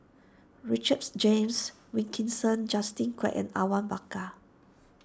Richards James Wilkinson Justin Quek and Awang Bakar